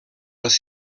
les